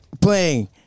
Playing